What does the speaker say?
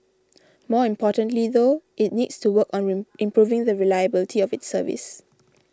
more importantly though it needs to work on rain improving the reliability of its service